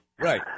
Right